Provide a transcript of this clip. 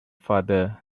father